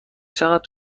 چقدر